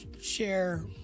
share